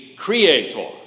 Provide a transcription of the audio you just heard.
creator